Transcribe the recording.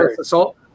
assault